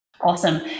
Awesome